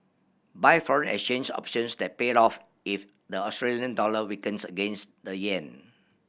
buy foreign exchange options that pay off if the Australian dollar weakens against the yen